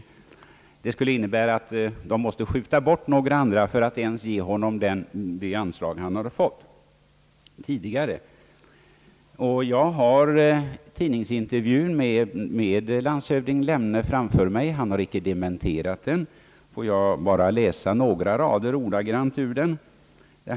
Detta skulle innebära att man måste skjuta bort några andra för att ens ge honom de anslag han fått tidigare. Jag har tidningsintervjun med landshövding Lemne framför mig. Han har inte dementerat den. Får jag bara läsa några rader ordagrant ur den.